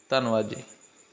ਧੰਨਵਾਦ ਜੀ